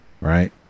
right